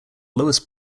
lowest